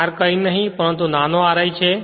R કંઈ નહીં પરંતુ નાનો ri છે